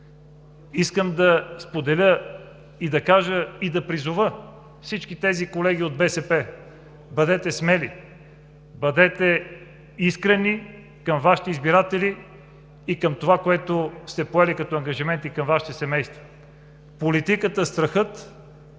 Искам да споделя и да призова всички колеги от БСП: бъдете смели, бъдете искрени към Вашите избиратели и към това, което сте поели като ангажименти към Вашите семейства. В политиката страхът